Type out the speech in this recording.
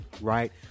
Right